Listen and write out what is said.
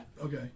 Okay